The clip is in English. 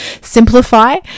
simplify